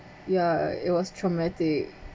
ya it was traumatic